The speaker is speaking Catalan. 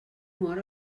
hora